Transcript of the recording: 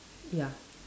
ya